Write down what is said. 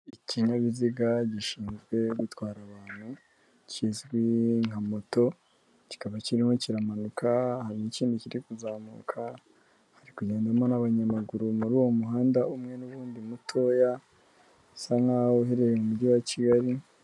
Ikinyabiziga gishinzwe gutwara abantu kizwi nka moto kikaba kirimo kiramanuka hari ikindi kiri kuzamuka ari kugendamo n'abanyamaguru muri uwo muhanda umwe n'undi mutoya usa nkaho uherereye mu mujyi wa kigali.